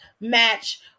match